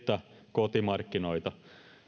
kotimarkkinoita